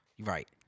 Right